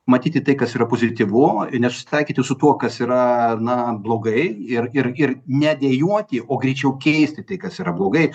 matyti tai kas yra pozityvu nesusitaikyti su tuo kas yra na blogai ir ir ir ne dejuoti o greičiau keisti tai kas yra blogai